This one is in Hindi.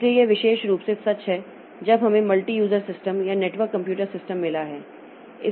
इसलिए यह विशेष रूप से सच है जब हमें मल्टी यूजर सिस्टम या नेटवर्क कंप्यूटर सिस्टम मिला है